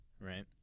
right